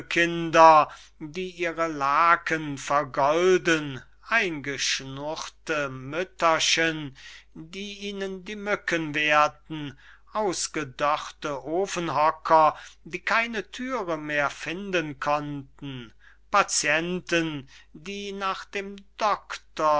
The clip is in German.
die ihre lacken vergolden eingeschnurrte müttergen die ihnen die müken wehrten ausgedörrte ofenhocker die keine thüre mehr finden konnten patienten die nach dem doktor